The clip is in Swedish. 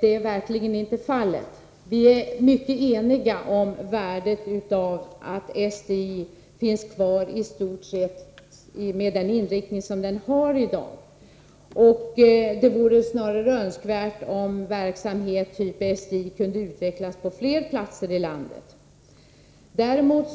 Det är verkligen inte fallet. Vi är mycket eniga om värdet av att skolan finns kvar medi stort sett den inriktning den har i dag. Det vore snarare önskvärt att verksamhet av den typ som bedrivs på STI kunde utvecklas på fler platser i landet.